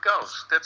goes